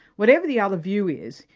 whatever the other view is,